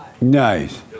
Nice